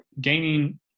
gaining